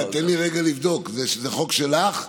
חברת הכנסת מיכאלי, זה חוק שלך?